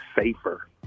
safer